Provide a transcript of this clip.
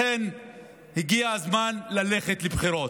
לכן הגיע הזמן ללכת לבחירות.